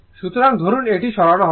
সুতরাং ধরুন এটি সরানো হয়েছে